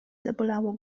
zabolało